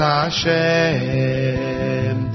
Hashem